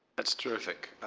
that's terrific.